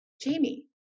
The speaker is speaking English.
Jamie